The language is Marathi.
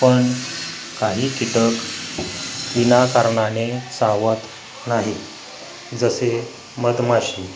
पण काही कीटक विनाकारणाने चावत नाही जसे मधमाशी